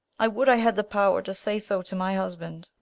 i would i had the power to say so to my husband.